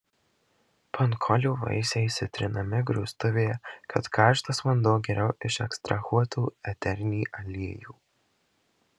pankolių vaisiai sutrinami grūstuvėje kad karštas vanduo geriau išekstrahuotų eterinį aliejų